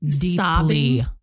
deeply